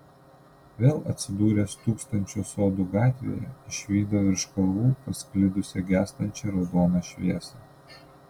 vėl atsidūręs tūkstančio sodų gatvėje išvydo virš kalvų pasklidusią gęstančią raudoną šviesą